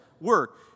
work